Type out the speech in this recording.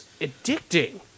addicting